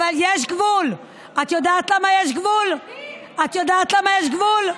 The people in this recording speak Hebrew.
פתאום נפל לי האסימון על מה את מדברת.